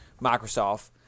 Microsoft